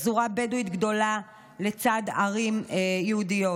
פזורה בדואית גדולה לצד ערים יהודיות,